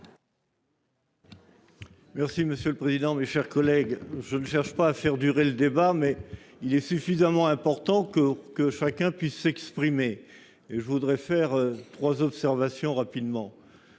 monsieur le garde des sceaux, mes chers collègues, je ne cherche pas à faire durer le débat, mais celui-ci est suffisamment important pour que chacun puisse s'exprimer. Je voudrais faire trois observations rapides.